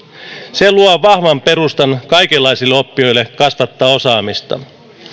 se luo vahvan perustan kaikenlaisille oppijoille kasvattaa osaamistaan